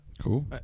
cool